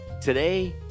Today